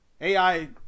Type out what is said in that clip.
AI –